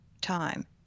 time